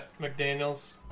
McDaniels